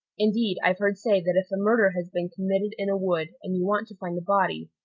indeed, i've heard say, that if a murder has been committed in a wood, and you want to find the body,